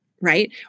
right